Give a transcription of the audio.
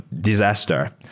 disaster